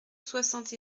soixante